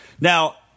Now